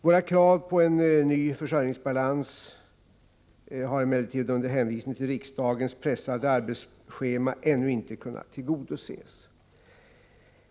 Våra krav på en ny försörjningsbalans har emellertid under hänvisning till riksdagens pressade arbetsschema ännu inte kunnat tillgodoses.